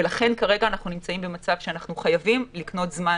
לכן כרגע אנחנו נמצאים במצב שאנחנו חייבים לקנות זמן